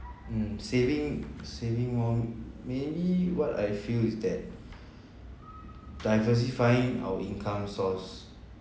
mm saving saving one maybe what I feel is that diversifying our income source